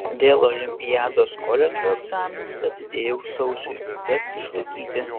dėl olimpiados koledžo egzaminus atidėjau sausiui teks išlaikyti